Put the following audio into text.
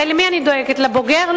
הרי למי אני דואגת, לבוגר?